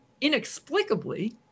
inexplicably